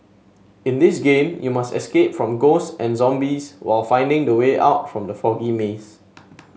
in this game you must escape from ghosts and zombies while finding the way out from the foggy maze